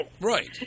Right